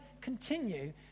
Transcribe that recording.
continue